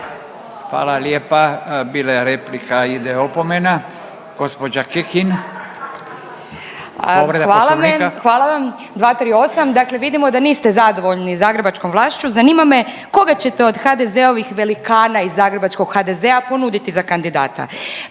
Hvala lijepa, bila je replika ide opomena. Gospođa Kekin, povreda Poslovnika. **Kekin, Ivana (NL)** Hvala vam. 238. Dakle vidimo da niste zadovoljni zagrebačkom vlašću. Zanima me koga ćete od HDZ-ovih velikana iz zagrebačkog HDZ-a ponuditi za kandidata.